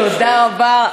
תודה רבה,